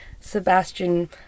Sebastian